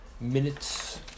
minutes